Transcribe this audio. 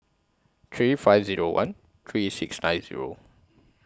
three five Zero one three six nine Zero